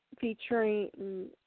featuring